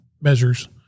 measures